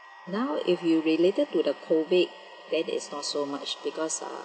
now if you related to the COVID then it's not so much because ah